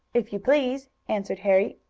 if you please, answered harry,